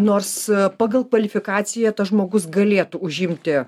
nors pagal kvalifikaciją tas žmogus galėtų užimti